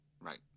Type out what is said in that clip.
Right